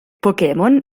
pokémon